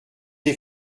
des